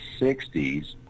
60s